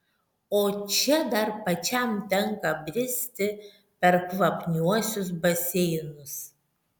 o čia dar pačiam tenka bristi per kvapniuosius baseinus